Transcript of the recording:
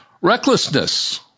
Recklessness